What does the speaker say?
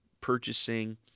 purchasing